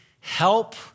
help